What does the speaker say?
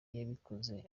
yabikoze